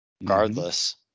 regardless